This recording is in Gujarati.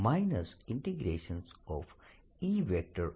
જે E